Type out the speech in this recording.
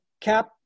Cap